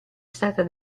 stata